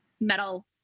metal